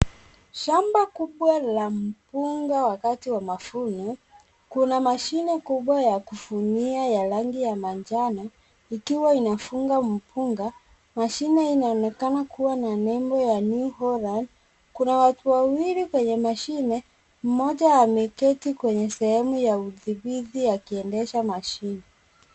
Shamba kubwa la mpunga wakati wa mavuno. Kuna mashine kubwa ya kuvunia ya rangi ya manjano, ikiwa inafunga mpunga. Mashine hii inaonekana kuwa na nembo ya New Holland. Kuna watu wawili kwenye mashine, mmoja ameketi kwenye sehemu ya udhibiti akiendesha mashine.